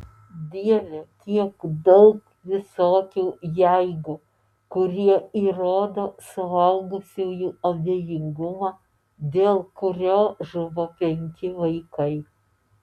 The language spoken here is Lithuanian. dieve kiek daug visokių jeigu kurie įrodo suaugusiųjų abejingumą dėl kurio žuvo penki vaikai